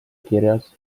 kirjas